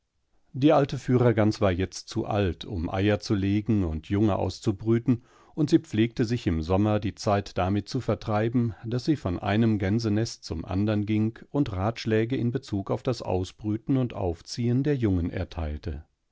die beiden stattlichen vögel die felsplatteverließen schön aberschreckeinflößendschwebtensieindieluft hinaus sieschlugendierichtungnachdemflachlandeein undakkaatmete erleichtertauf diealteführerganswarjetztzualt umeierzulegenundjungeauszubrüten und sie pflegte sich im sommer die zeit damit zu vertreiben daß sie von einem gänsenest zum anderen ging und ratschläge in bezug auf das ausbrüten und aufziehen der jungen erteilte